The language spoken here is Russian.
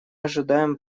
ожидаем